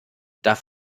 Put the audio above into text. darf